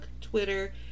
Twitter